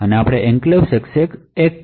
પછી આપણે enclaves access 1 ની બરાબર જોશું